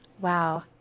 Wow